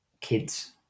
kids